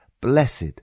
Blessed